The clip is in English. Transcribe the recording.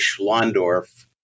Schlondorf